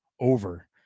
over